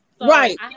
Right